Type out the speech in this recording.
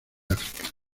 áfrica